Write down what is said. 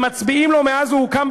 הם מצביעים לו מאז הוא הוקם,